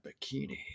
Bikini